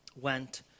went